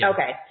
Okay